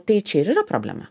tai čia ir yra problema